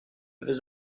vais